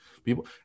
people